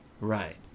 Right